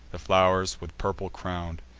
the flow'rs with purple crown'd,